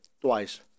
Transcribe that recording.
twice